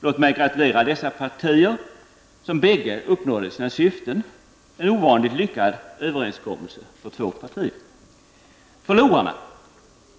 Låt mig gratulera dessa partier, som bägge uppnådde sina syften, en ovanligt lyckad överenskommelse för de två partierna.